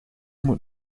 moet